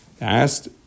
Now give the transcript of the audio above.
asked